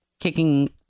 kicking